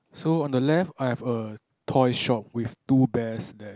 so on the left I have a toy shop with two bears there